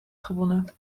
gewonnen